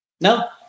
No